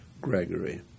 Gregory